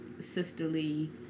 sisterly